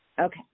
Okay